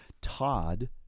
Todd